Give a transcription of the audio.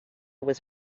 was